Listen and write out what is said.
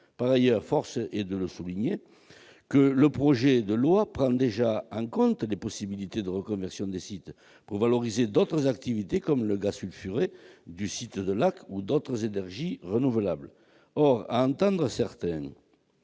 Par ailleurs, force est de le constater, le projet de loi prend déjà en compte des possibilités de reconversion des sites pour valoriser d'autres activités, comme le gaz sulfuré du site de Lacq ou d'autres énergies renouvelables. Or, à entendre certains,